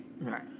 Right